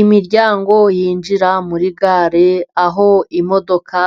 Imiryango yinjira muri gare aho imodoka